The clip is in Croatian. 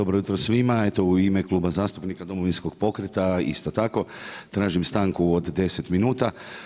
Dobro jutro svima, eto u ime Kluba zastupnika Domovinskog pokreta isto tako tražim stanku od 10 minuta.